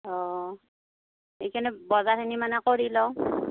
অঁ সেইকাৰণে বজাৰখিনি মানে কৰি লওঁ